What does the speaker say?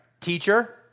teacher